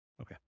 Okay